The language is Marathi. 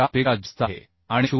4 पेक्षा जास्त आहे आणि 0